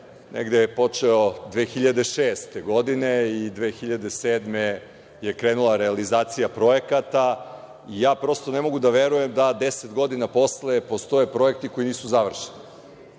negde počeo 2006. godine i 2007. godine je krenula realizacija projekata. Prosto ne mogu da verujem da deset godina posle postoji projekti koji nisu završeni. Opet